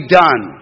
done